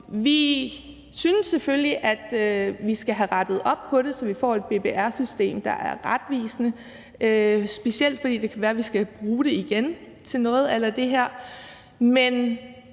vi synes selvfølgelig, at vi skal have rettet op på det, så vi får et BBR-system, der er retvisende, specielt fordi det kan være, at vi skal bruge det igen til noget a la det her.